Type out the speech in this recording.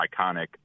iconic